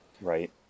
Right